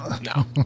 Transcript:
No